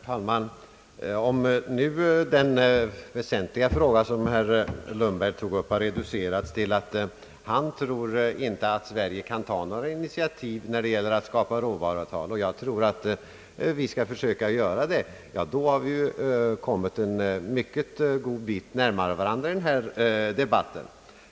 Herr talman! Om den väsentliga skillnaden mellan våra uppfattningar i den fråga som herr Lundberg tog upp nu har reducerats till att han inte tror att Sverige kan ta några initiativ när det gäller att skapa råvaruavtal, medan jag tror att vi skall försöka ta sådana initiativ, har vi kommit en mycket god bit närmare varandra i denna debatt.